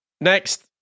next